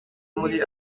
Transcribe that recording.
muri